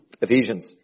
Ephesians